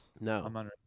No